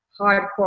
hardcore